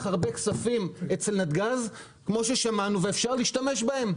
הרבה כספים אצל נתגז ואפשר להשתמש בהם?